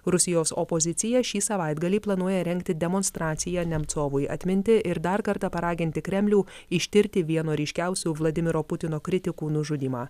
rusijos opozicija šį savaitgalį planuoja rengti demonstraciją nemcovui atminti ir dar kartą paraginti kremlių ištirti vieno ryškiausių vladimiro putino kritikų nužudymą